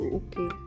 okay